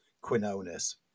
Quinones